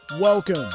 Welcome